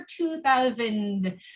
2000